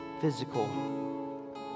physical